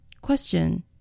Question